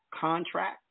contract